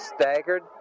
staggered